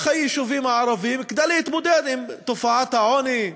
היישובים הערביים כדי להתמודד עם תופעת העוני,